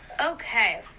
okay